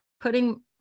putting